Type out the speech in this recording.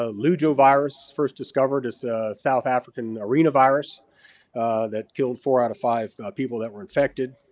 ah ludgovirus first discovered is south african arena virus that killed four out of five people that were infected.